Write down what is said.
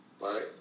right